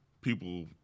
people